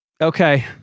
Okay